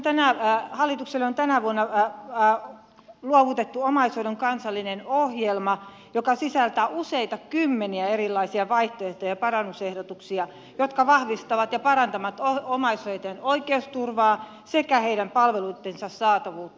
hallitukselle on tänä vuonna luovutettu omaishoidon kansallinen ohjelma joka sisältää useita kymmeniä erilaisia vaihtoehtoja ja parannusehdotuksia jotka vahvistavat ja parantavat omaishoitajien oikeusturvaa sekä heidän palveluittensa saatavuutta